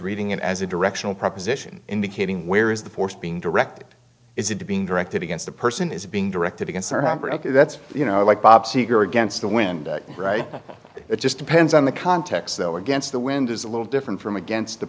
reading it as a directional proposition indicating where is the force being directed is it being directed against the person is being directed against that's you know like bob seger against the wind right it just depends on the context though against the wind is a little different from against the